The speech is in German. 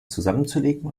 zusammenzulegen